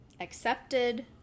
accepted